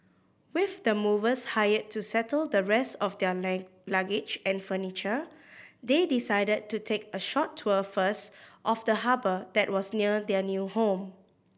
with the movers hired to settle the rest of their luggage and furniture they decided to take a short tour first of the harbour that was near their new home